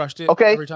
Okay